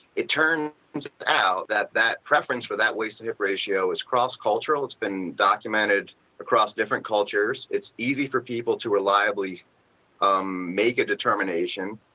it turns out that that preference for that waist to hip ratio is cross-cultural. it's been documented across different cultures. it's easy for people to reliably ah make a determination,